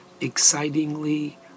excitingly